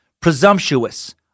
Presumptuous